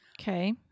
okay